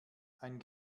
ein